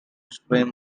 swim